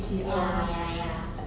ya ya ya